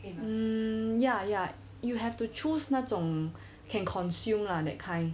um ya ya you have to choose 那种 can consume lah that kind